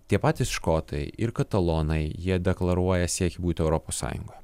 tie patys škotai ir katalonai jie deklaruoja siekį būti europos sąjungoj